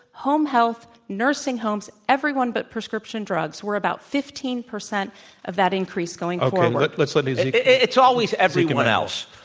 home health, nursing homes, everyone but prescription drugs. we're about fifteen percent of that increase going forward. okay, let's let zeke it's always everyone else.